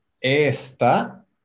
esta